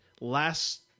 last